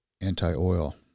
anti-oil